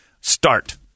start